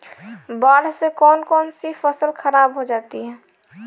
बाढ़ से कौन कौन सी फसल खराब हो जाती है?